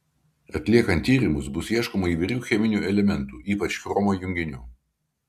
atliekant tyrimus bus ieškoma įvairių cheminių elementų ypač chromo junginių